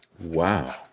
Wow